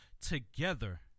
together